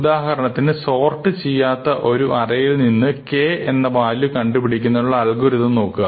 ഉദാഹരണത്തിന് സോർട്ട് ചെയ്യാത്ത ഒരു അറയിൽ നിന്ന് k എന്ന വാല്യു കണ്ടുപിടിക്കുന്നതിനുള്ള ഒരു അൽഗോരിതം നോക്കുക